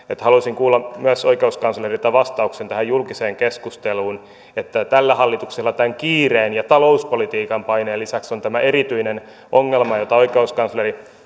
haluaisin kuulla myös oikeuskanslerilta vastauksen tähän julkiseen keskusteluun että tällä hallituksella kiireen ja talouspolitiikan paineen lisäksi on tämä erityinen ongelma jota oikeuskansleri